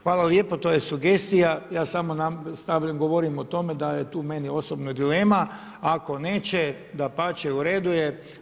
Hvala lijepo, to je sugestija, ja samo govorim o tome da je tu meni osobno dilema, ako neće, dapače u redu je.